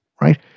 right